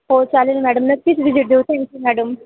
हो चालेल मॅडम नक्कीच व्हिजिट देऊ थक्यू मॅडम